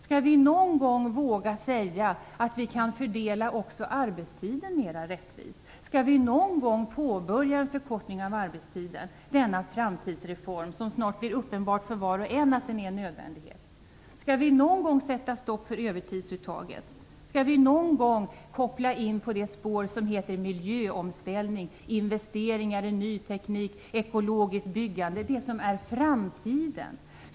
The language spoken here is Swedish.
Skall vi någon gång våga säga att vi kan fördela även arbetstiden mera rättvist? Skall vi någon gång påbörja en förkortning av arbetstiden? Det är en framtidsreform, och snart kommer det att bli uppenbart för var och en att den är en nödvändighet. Skall vi någon gång sätta stopp för övertidsuttaget? Skall vi någon gång koppla in på det spår som innebär miljöomställning, investeringar i ny teknik, ekologiskt byggande - det som är framtiden?